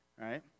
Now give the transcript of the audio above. right